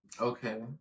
Okay